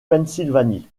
pennsylvanie